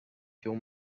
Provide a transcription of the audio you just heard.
your